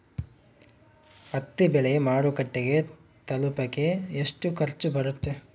ಹತ್ತಿ ಬೆಳೆ ಮಾರುಕಟ್ಟೆಗೆ ತಲುಪಕೆ ಎಷ್ಟು ಖರ್ಚು ಬರುತ್ತೆ?